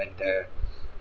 and there